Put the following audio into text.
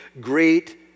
great